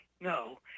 no